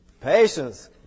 patience